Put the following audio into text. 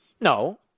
No